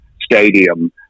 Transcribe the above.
stadium